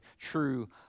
true